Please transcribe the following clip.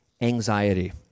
anxiety